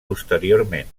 posteriorment